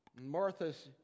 Martha's